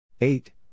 Eight